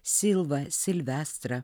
silvą silvestrą